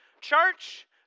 Church